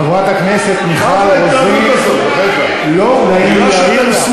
חברת הכנסת מיכל רוזין, לא נעים לי להעיר לך.